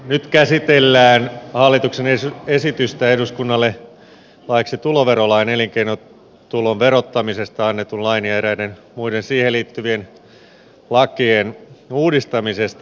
nyt käsitellään hallituksen esitystä eduskunnalle laiksi tuloverolain elinkeinotulon verottamisesta annetun lain ja eräiden muiden siihen liittyvien lakien uudistamisesta